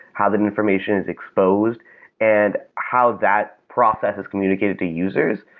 how that information is exposed and how that process is communicated to users.